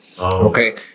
okay